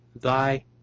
Thy